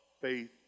faith